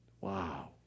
Wow